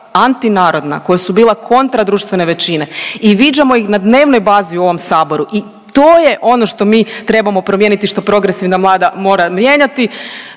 antinarodna, koja su bila kontra društvene većine i viđamo ih na dnevnoj bazi u ovom saboru i to je ono što mi trebamo promijeniti što progresivna vlada mora mijenja.